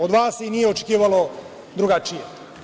Od vas se i nije očekivalo drugačije.